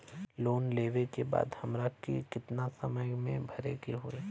Loan लेवे के बाद हमरा के कितना समय मे भरे के होई?